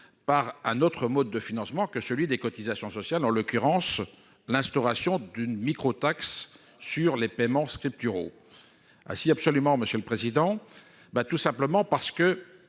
par un autre mode de financement que celui des cotisations sociales, en l'occurrence l'instauration d'une microtaxe sur les paiements scripturaux. Ah non ! Mais si, monsieur le président de la commission ! On le